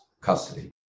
custody